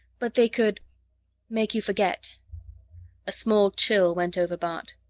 but they could make you forget a small chill went over bart.